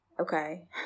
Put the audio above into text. Okay